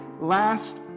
last